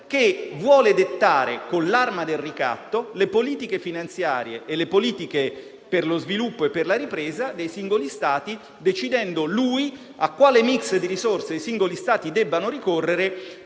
che vuole dettare, con l'arma del ricatto, le politiche finanziarie e le politiche per lo sviluppo e per la ripresa dei singoli Stati, decidendo lui a quale *mix* di risorse i singoli Stati debbano ricorrere